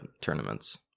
tournaments